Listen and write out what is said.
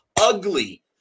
ugly